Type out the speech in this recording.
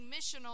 missional